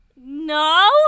No